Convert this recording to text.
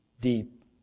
deep